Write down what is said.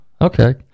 Okay